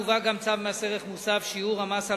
מובא גם צו מס ערך מוסף (שיעור המס על